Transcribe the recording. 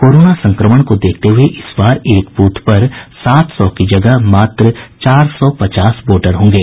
corona संक्रमण को देखते हुए इस बार एक बूथ पर सात सौ की जगह मात्र चार सौ पचास वोटर होंगे